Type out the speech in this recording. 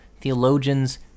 theologians